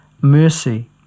mercy